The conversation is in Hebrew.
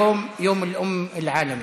להלן תרגומם: היום יום האם הבין-לאומי,